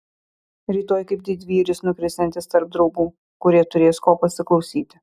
rytoj kaip didvyris nukrisiantis tarp draugų kurie turės ko pasiklausyti